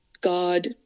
God